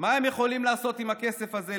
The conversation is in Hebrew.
מה הם יכולים לעשות עם הכסף הזה,